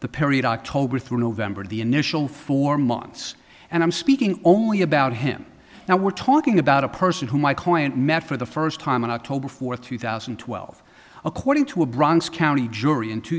the period october through november the initial four months and i'm speaking only about him now we're talking about a person who my client met for the first time on october fourth two thousand and twelve according to a bronx county jury in two